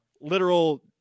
literal